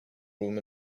room